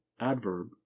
adverb